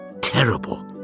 terrible